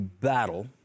battle